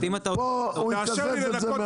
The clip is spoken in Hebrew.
פה הוא יקזז את זה מהמס.